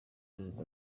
perezida